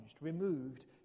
removed